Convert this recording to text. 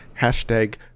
Hashtag